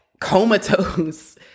comatose